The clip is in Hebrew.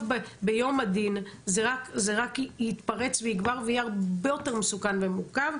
ביום הדין זה רק יתפרץ ויגבר ויהיה הרבה יותר מסוכן ומורכב,